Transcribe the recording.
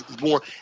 more